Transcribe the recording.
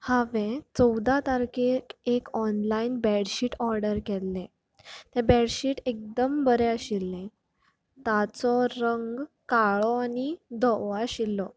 हांवें चवदा तारकेर एक ऑनलायन बेडशीट ऑर्डर केल्ले तें बेडशीट एकदम बरें आशिल्लें ताचो रंग काळो आनी धवो आशिल्लो